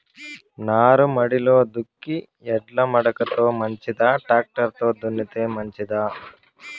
నారుమడిలో దుక్కి ఎడ్ల మడక లో మంచిదా, టాక్టర్ లో దున్నితే మంచిదా?